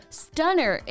stunner